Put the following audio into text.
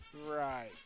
Right